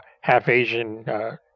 half-Asian